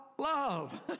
love